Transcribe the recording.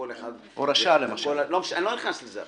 אני לא נכנס לזה עכשיו,